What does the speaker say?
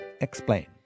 explain